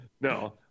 No